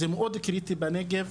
זה מאוד קריטי בנגב,